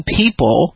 people